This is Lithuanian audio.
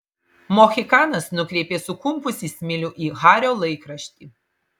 mohikanas nukreipė sukumpusį smilių į hario laikraštį